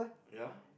ya